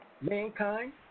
mankind